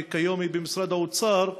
שכיום היא במשרד האוצר,